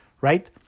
right